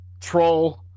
troll